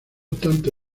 tanto